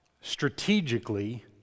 strategically